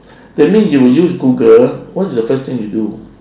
that mean you use google what is the first thing you do